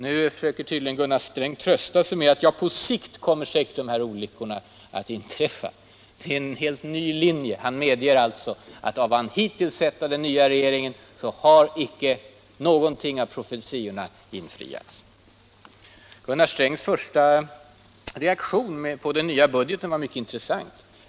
Nu försöker tydligen Gunnar Sträng trösta sig med att dessa olyckor säkert kommer att inträffa på sikt! Det är en helt ny linje. Han medger alltså att av vad han hittills har sett från den nya regeringen har icke någonting av de dystra profetiorna infriats. Herr Strängs första reaktion på den nya budgeten var mycket intressant.